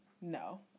No